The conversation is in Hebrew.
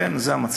לכן, זה המצב.